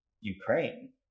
Ukraine